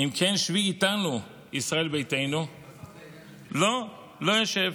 אם כן, שבי איתנו, ישראל ביתנו, לא, לא אשב.